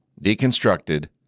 deconstructed